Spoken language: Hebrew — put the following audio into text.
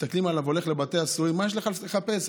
מסתכלים עליו הולך לבתי הסוהר: מה יש לך לחפש שם?